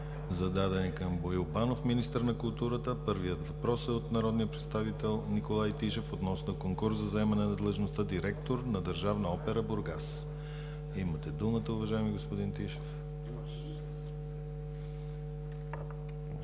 зададени към Боил Банов – министър на културата. Първият въпрос е от народният представител Николай Тишев относно конкурс за заемане на длъжността директор на Държавна опера – Бургас. Имате думата, уважаеми господин Тишев.